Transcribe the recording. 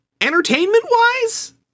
Entertainment-wise